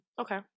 Okay